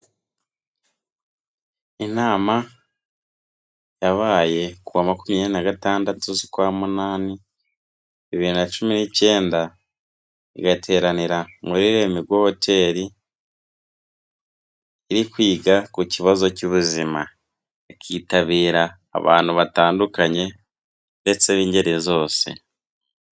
Inama yabaye kuwa makumyabiri na gatandatu z'ukwa munani bibiri na cumi n'icyenda, igateranira muri Lemigo hoteri, iri kwiga ku kibazo cy'ubuzima, ikitabira abantu batandukanye ndetse b'ingeri zose.